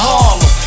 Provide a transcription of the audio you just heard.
Harlem